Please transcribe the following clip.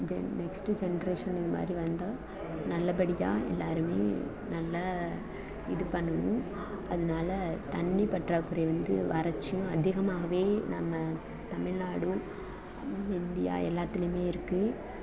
next generation இந்த மாதிரி வந்தால் நல்ல படியாக எல்லாரும் நல்லா இது பண்ணணும் அதனால தண்ணி பற்றாக்குறை வந்து வறட்சியும் அதிகமாக நம்ம தமிழ்நாடு இந்தியா எல்லாத்துலேயுமே இருக்குது